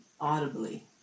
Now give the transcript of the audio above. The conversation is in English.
audibly